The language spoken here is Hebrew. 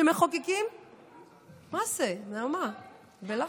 שמחוקקים, מה זה, נעמה בלחץ?